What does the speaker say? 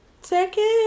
Second